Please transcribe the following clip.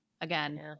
again